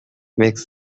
makes